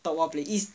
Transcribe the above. talk lor while play is